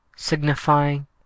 signifying